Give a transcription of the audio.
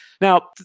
now